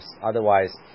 Otherwise